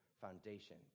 Foundation